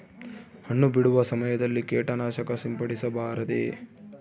ಹಣ್ಣು ಬಿಡುವ ಸಮಯದಲ್ಲಿ ಕೇಟನಾಶಕ ಸಿಂಪಡಿಸಬಾರದೆ?